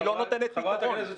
והיא לא נותנת פתרון.